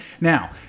Now